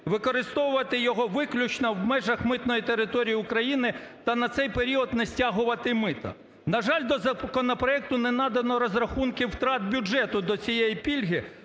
використовувати його виключно в межах митної території України та на цей період не стягувати мита. На жаль, до законопроекту не надано розрахунків втрат бюджету до цієї пільги.